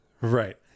Right